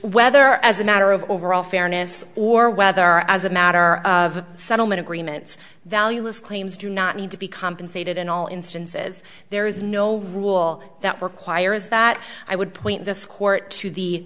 whether as a matter of overall fairness or whether as a matter of settlement agreements valueless claims do not need to be compensated in all instances there is no rule that requires that i would point this court to the